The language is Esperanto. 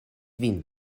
vin